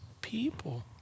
people